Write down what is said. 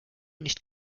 nicht